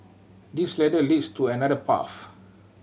this ladder leads to another path